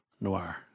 Noir